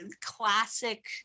classic